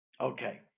Okay